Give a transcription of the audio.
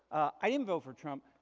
i didn't vote for trump.